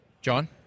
John